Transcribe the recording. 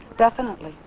definitely.